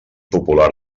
popular